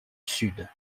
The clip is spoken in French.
sud